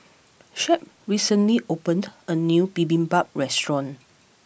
Shep recently opened a new Bibimbap restaurant